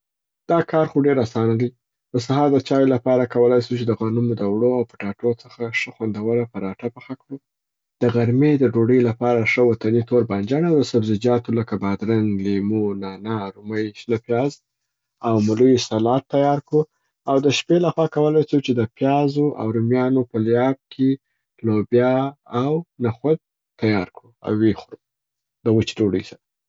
دا کار خو ډېر اسانه دی. د سهار د چایو لپاره کولای سو چې د غنمو د وړو او پټاټو څخه ښه خوندوره پراټه پخه کړو. د غرمې د ډوډوۍ لپاره ښه وطني تور بانجڼ او د سبزیجاتو لکه، بادرنګ، لیمو، نانا، رومۍ، شنه پیاز او مولیو سلات تیار کړو، او د شپې لخوا کولای سو چې د پيازو او رومیانو په لعاب کي لوبیا او نخود تیار کو او ویې خوړو د وچي ډوډۍ سره.